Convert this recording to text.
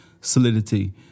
solidity